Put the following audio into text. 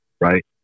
right